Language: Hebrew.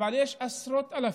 אבל יש עשרות אלפים,